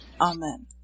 Amen